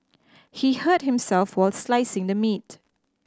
he hurt himself while slicing the meat